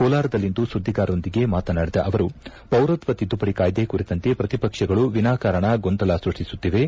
ಕೋಲಾರದಲ್ಲಿಂದು ಸುದ್ದಿಗಾರರೊಂದಿಗೆ ಮಾತನಾಡಿದ ಅವರು ಪೌರತ್ವ ತಿದ್ದುಪಡಿ ಕಾಯ್ದೆ ಕುರಿತಂತೆ ಪ್ರತಿಪಕ್ಷಗಳು ವಿನಾಕಾರಣ ಗೊಂದಲ ಸೃಷ್ಟಿಸುತ್ತಿವೆ